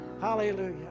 hallelujah